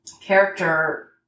character